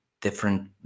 different